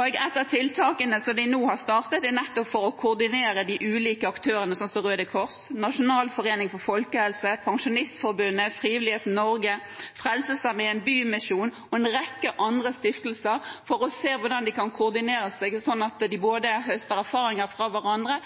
Et av tiltakene som de nå har startet, er nettopp for å koordinere de ulike aktørene – som Røde Kors, Nasjonalforeningen for folkehelsen, Pensjonistforbundet, Frivillighet Norge, Frelsesarmeen, Kirkens Bymisjon og en rekke andre stiftelser – for å se hvordan de kan koordinere sitt arbeid sånn at de høster erfaring fra hverandre